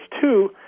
two